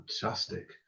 Fantastic